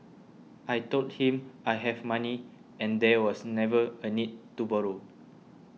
I told him I have money and there was never a need to borrow